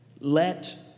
Let